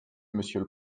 monsieur